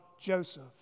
Joseph